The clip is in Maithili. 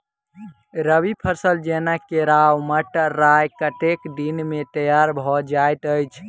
रबी फसल जेना केराव, मटर, राय कतेक दिन मे तैयार भँ जाइत अछि?